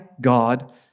God